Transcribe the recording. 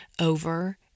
over